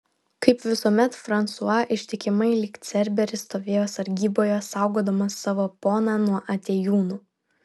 kaip visuomet fransua ištikimai lyg cerberis stovėjo sargyboje saugodamas savo poną nuo atėjūnų